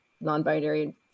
non-binary